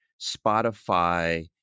Spotify